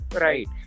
right